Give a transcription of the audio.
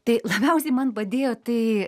tai labiausiai man padėjo tai